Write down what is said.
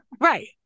Right